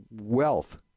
wealth